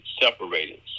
separated